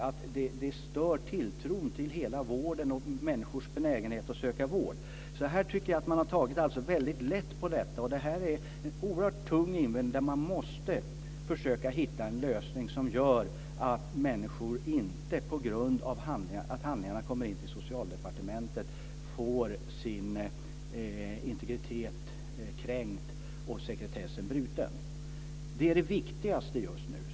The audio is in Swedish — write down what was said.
Det förstör tilltron till hela vården och människors benägenhet att söka vård. Här tycker jag alltså att man har tagit väldigt lätt på saken. Det här är en oerhört tung invändning, och man måste försöka hitta en lösning som gör att människor inte får sin integritet kränkt och sin sekretess bruten på grund av att handlingarna kommer in till Det är det viktigaste just nu.